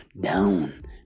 down